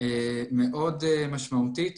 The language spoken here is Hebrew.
מאוד משמעותית